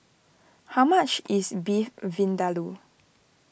how much is Beef Vindaloo